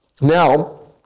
Now